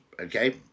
okay